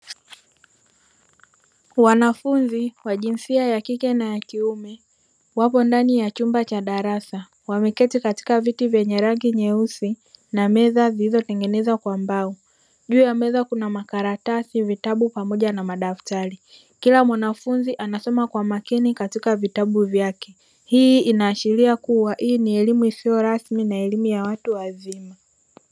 Wanafunzi wa jinsia ya kike na kiume wapo ndani ya chumba cha darasa wameketi katika viti vyenye rangi nyeusi na meza zilizotengenezwa kwa mbao, juu ya meza kuna makaratasi, vitabu pamoja na madaftari kila mwanafunzi anasoma kwa makini katika vitabu vyake hii inaashiria kuwa hii ni elimu isiyorasmi na elimu ya watu wazima.